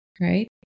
right